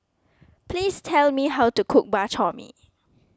please tell me how to cook Bak Chor Mee